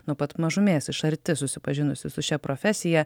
nuo pat mažumės iš arti susipažinusi su šia profesija